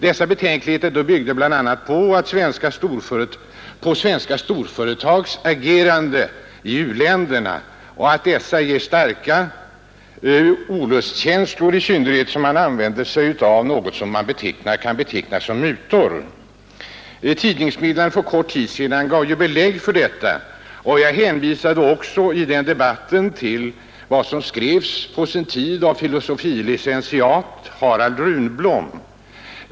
Dessa betänkligheter byggde bl.a. på att svenska storföretags agerande i u-länderna inger starka olustkänslor, i synnerhet som man använt sig av vad som kan betecknas som mutor. Tidningsmeddelanden för en kort tid sedan gav belägg för detta. Jag hänvisade i debatten även till den avhandling som på sin tid skrevs av fil. lic. Harald Runblom.